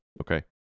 Okay